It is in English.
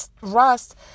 rust